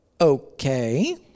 okay